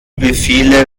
befehle